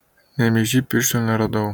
nemėžy piršlio neradau